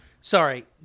sorry